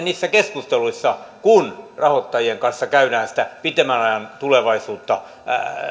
niissä keskusteluissa kun rahoittajien kanssa käydään sitä pitemmän ajan tulevaisuutta